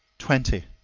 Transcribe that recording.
twenty.